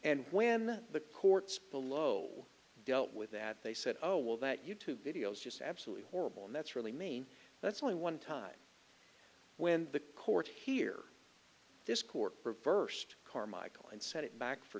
and when the courts below dealt with that they said oh well that youtube video is just absolutely horrible and that's really mean that's only one time when the courts hear this court reversed carmichael and set it back for